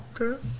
okay